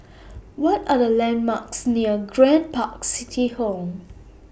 What Are The landmarks near Grand Park City Hall